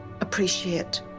appreciate